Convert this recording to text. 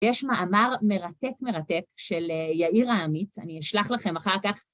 יש מאמר מרתק מרתק של יאיר אמית, אני אשלח לכם אחר כך.